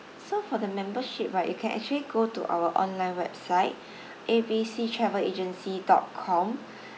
so for the membership right you can actually go to our online website A B C travel agency dot com